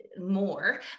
more